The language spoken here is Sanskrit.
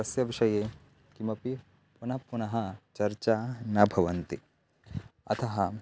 तस्य विषये किमपि पुनः पुनः चर्चा न भवन्ति अतः